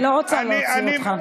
אני לא רוצה להוציא אותך.